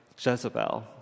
Jezebel